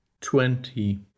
twenty